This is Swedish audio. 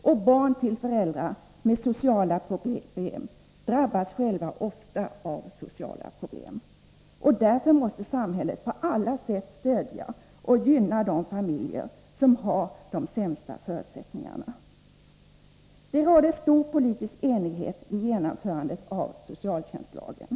Och barn till föräldrar med sociala problem drabbas ofta själva av sociala problem. Därför måste samhället på alla sätt stödja och gynna de familjer som har de sämsta förutsättningarna. Det rådde stor politisk enighet vid genomförandet av socialtjänstlagen.